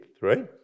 right